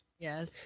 Yes